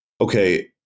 okay